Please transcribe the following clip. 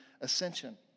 ascension